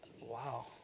Wow